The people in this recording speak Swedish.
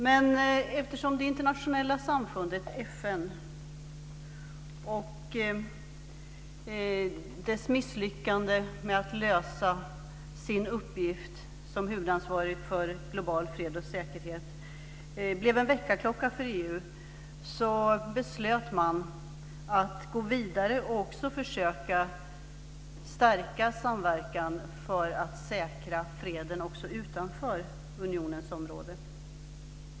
Men när det internationella samfundet FN misslyckades med att lösa sin uppgift som huvudansvarig för global fred och säkerhet blev det en väckarklocka för EU. Man beslutade att gå vidare och försöka stärka samverkan för att säkra freden också utanför unionens område.